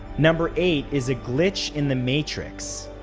number eight is a glitch in the matrix.